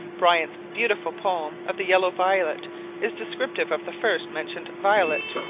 bryant's beautiful poem of the yellow violet is descriptive of the first-mentioned violet.